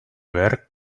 were